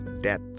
death